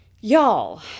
y'all